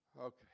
Okay